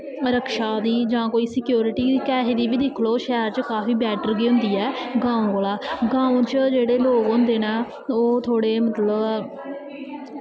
रक्षा दी जां कोई सिक्योरटी दी पैसें दी बी दिक्खी लैओ काफी बैट्टर गै होंदी ऐ गांब कोला दा गांव च जेह्ड़े लोग होंदे नै ओह् थोह्ड़े मतलव